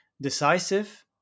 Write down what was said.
decisive